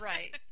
Right